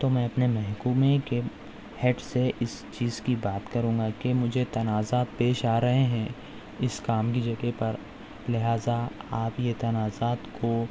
تو میں اپنے محکمہ کے ہیڈ سے اس چیز کی بات کروں گا کہ مجھے تنازعہ پیش آ رہے ہیں اس کام کی جگہ پر لہٰذا آپ یہ تنازعات کو